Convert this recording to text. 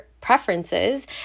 preferences